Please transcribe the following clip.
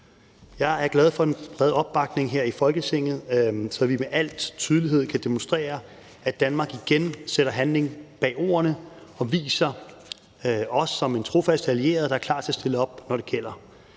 Jeg er glad for den brede opbakning her i Folketinget, så vi med al tydelighed kan demonstrere, at Danmark igen sætter handling bag ordene, og at vi viser os som en trofast allieret, der er klar til at stille op, når det gælder.